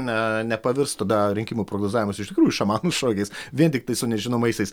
ne nepavirs tada rinkimų prognozavimas iš tikrųjų šamanų šokiais vien tiktai su nežinomaisiais